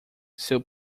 seu